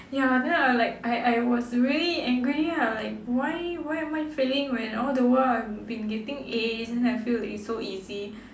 ya then I'm like I I was very angry ah like why why am I failing when all the while I'm been getting As and I feel like it's so easy